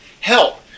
help